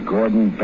Gordon